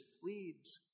pleads